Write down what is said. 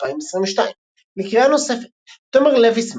2022 לקריאה נוספת תומר לויסמן,